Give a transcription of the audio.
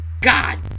God